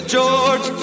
George